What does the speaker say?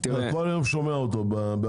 המנכ"ל יותר מאשר את